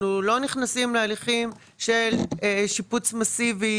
אנחנו לא נכנסים להליכים של שיפוץ מסיבי,